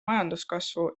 majanduskasvu